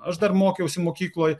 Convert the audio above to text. aš dar mokiausi mokykloj